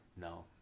No